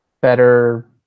better